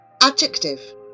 Adjective